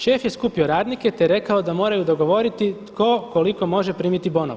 Šef je skupio radnike te rekao da moraju dogovoriti tko koliko može primiti bonova.